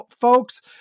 folks